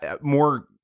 more